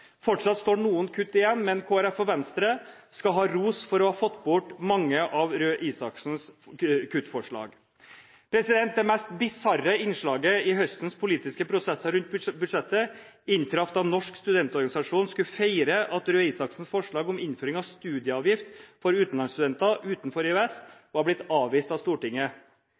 Fortsatt står noen kutt igjen, men Kristelig Folkeparti og Venstre skal ha ros for å ha fått bort mange av statsråd Røe Isaksens kuttforslag. Det mest bisarre innslaget i høstens politiske prosesser rundt budsjettet inntraff da Norsk studentorganisasjon skulle feire at statsråd Røe Isaksens forslag om innføring av studieavgift for utenlandsstudenter utenfor EØS var blitt avvist av Stortinget.